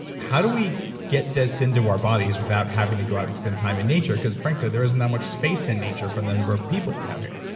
how do we get this into our bodies without having to go out and spend time in nature because frankly, there isn't that much space in nature for the number of people we have here.